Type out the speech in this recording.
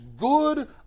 Good